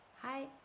Hi